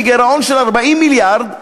מגירעון של 40 מיליון,